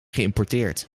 geïmporteerd